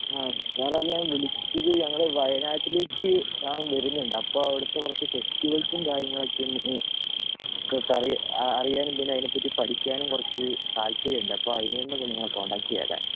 ആ സാറേ ഞാൻ വിളിച്ചത് ഞങ്ങൾ വയനാട്ടിലേക്ക് ഞാൻ വരുന്നുണ്ട് അപ്പോൾ അവിടുത്തെ കുറച്ച് ഫെസ്റ്റ്വെൽസും കാര്യങ്ങളൊക്കെയൊന്ന് പറയാൻ അറിയാനും അതിനെപ്പറ്റി പഠിക്കാനും കുറച്ച് താൽപ്പര്യമുണ്ട് അപ്പം അതിന് വേണ്ടി നിങ്ങളെ കോൺടാക്റ്റ് ചെയ്തേ